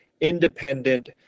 independent